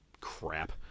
crap